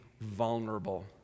vulnerable